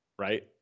Right